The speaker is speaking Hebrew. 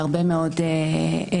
הרבה מאוד כיוונים.